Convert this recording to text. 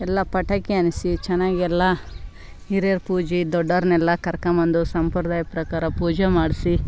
ಎಲ್ಲ ಪಟಾಕಿ ಅನಿಸಿ ಚೆನ್ನಾಗಿ ಎಲ್ಲ ಹಿರಿಯರ ಪೂಜೆ ದೊಡ್ಡೋರನೆಲ್ಲ ಕರೆಕೊಂಬಂದು ಸಂಪ್ರದಾಯ ಪ್ರಕಾರ ಪೂಜೆ ಮಾಡಿಸಿ